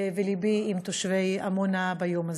ולבי עם תושבי עמונה ביום הזה.